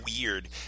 weird